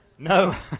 No